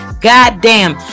Goddamn